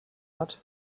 hat